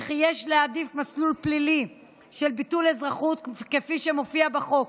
וכי יש להעדיף מסלול פלילי של ביטול אזרחות כפי שמופיע בחוק.